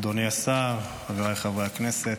אדוני השר, חבריי חברי הכנסת,